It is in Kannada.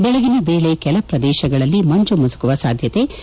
ಬೆಳಿಗಿನ ವೇಳೆ ಕೆಲಪ್ರದೇಶಗಳಲ್ಲಿ ಮಂಜು ಮುಸುಕುವ ಸಾಧ್ಯತೆ ಇದೆ